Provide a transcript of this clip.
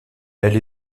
elle